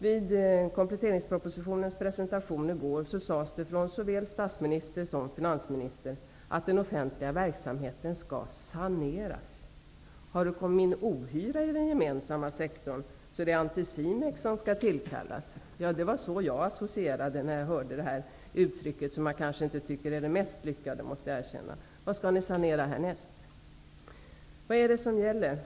Vid kompletteringspropositionens presentation i går sades det av såväl finansministern som statsministern att den offentliga verksamheten skall saneras. Har det kommit in ohyra i den gemensamma sektorn? Är det Anticimex som skall tillkallas? Så associerade jag när jag hörde detta uttryck, som kanske inte är det mest lyckade. Vad skall ni sanera härnäst? Vad är det som gäller?